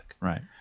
Right